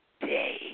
day